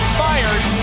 fired